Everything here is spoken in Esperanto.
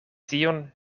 tion